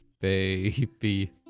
Baby